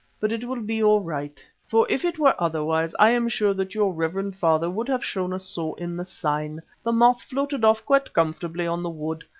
but it will be all right, for if it were otherwise i am sure that your reverend father would have shown us so in the sign. the moth floated off quite comfortably on the wood,